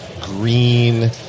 green